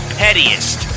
pettiest